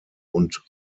und